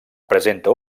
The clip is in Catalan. presenta